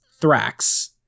Thrax